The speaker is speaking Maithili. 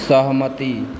सहमति